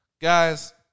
Guys